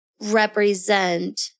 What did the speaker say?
represent